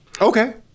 okay